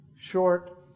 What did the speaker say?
short